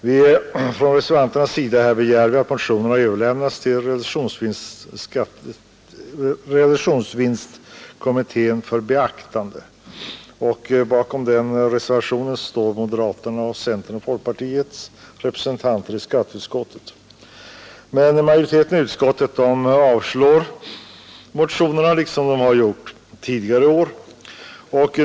Vi reservanter begär att motionerna överlämnas till realisationsvinstkommittén för beaktande. Bakom reservationen står moderaternas, centerns och folkpartiets representanter i skatteutskottet. Men majoriteten i utskottet avstyrker motionerna liksom den gjort tidigare år.